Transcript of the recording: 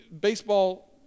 baseball